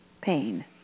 pain